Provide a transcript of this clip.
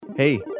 Hey